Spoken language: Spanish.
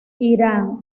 irán